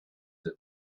that